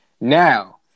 now